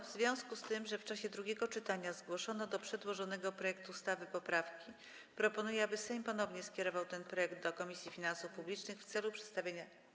W związku z tym, że w czasie drugiego czytania zgłoszono do przedłożonego projektu ustawy poprawki, proponuję, aby Sejm ponownie skierował ten projekt do Komisji Finansów Publicznych w celu przedstawienia.